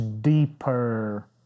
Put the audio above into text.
deeper